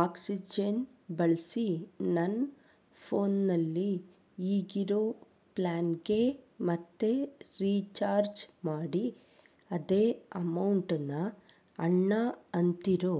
oxygen ಬಳಸಿ ನನ್ನ ಫೋನ್ನಲ್ಲಿ ಈಗಿರೋ ಪ್ಲ್ಯಾನ್ಗೇ ಮತ್ತೆ ರೀಚಾರ್ಜ್ ಮಾಡಿ ಅದೇ ಅಮೌಂಟನ್ನು ಅಣ್ಣ ಅಂತಿರೋ